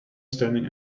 standing